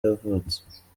yavutse